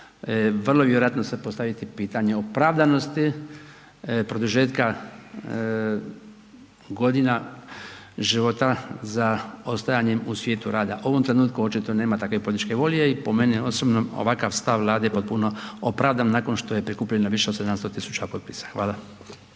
vrlo vjerojatno se postaviti pitanje opravdanosti produžetka godina života za ostajanjem u svijetu rada. U ovom trenutku očito nema takve političke volje i po meni osobno ovakav stav Vlade je potpuno opravdan nakon što je prikupljeno više od 700.000 potpisa. Hvala.